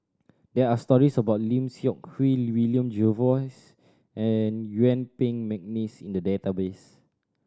there are stories about Lim Seok Hui William Jervois and Yuen Peng McNeice in the database